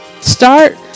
Start